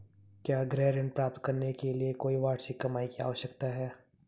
क्या गृह ऋण प्राप्त करने के लिए कोई वार्षिक कमाई की आवश्यकता है?